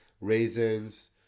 Raisins